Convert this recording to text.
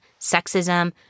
sexism